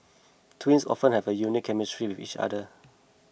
twins often have a unique chemistry with each other